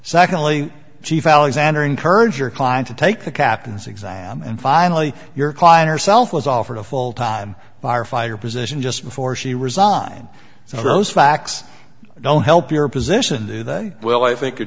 secondly chief alexander encourage your client to take the captain's exam and finally your client herself was offered a full time bar fire position just before she resigned so those facts don't help your position then well i think a